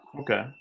Okay